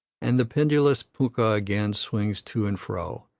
and the pendulous punkah again swings to and fro,